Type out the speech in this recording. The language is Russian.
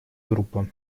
группа